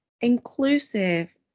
inclusive